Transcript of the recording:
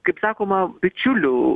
kaip sakoma bičiulių